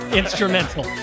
instrumental